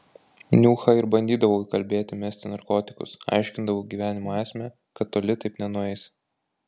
niuchą ir bandydavau įkalbėti mesti narkotikus aiškindavau gyvenimo esmę kad toli taip nenueis